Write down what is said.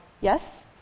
Yes